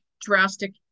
drastic